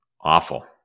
awful